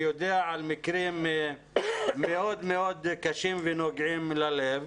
אני יודע על מקרים מאוד מאוד קשים ונוגעים ללב,